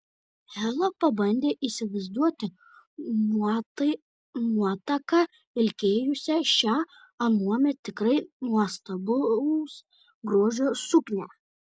hela pabandė įsivaizduoti nuotaką vilkėjusią šią anuomet tikrai nuostabaus grožio suknią